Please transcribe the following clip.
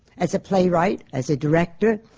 as a playwright, as a director,